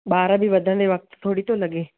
ॿार बि वधदे वक़्तु थोरी थो लॻे